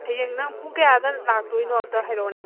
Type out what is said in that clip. ꯍꯌꯦꯡ ꯅꯪ ꯄꯨꯡ ꯀꯌꯥꯗ ꯂꯥꯛꯇꯣꯏꯅꯣ ꯑꯝꯇ ꯍꯥꯏꯔꯛꯑꯣꯅꯦ